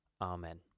Amen